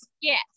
Yes